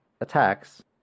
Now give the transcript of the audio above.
attacks